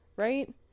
right